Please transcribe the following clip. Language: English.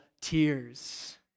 tears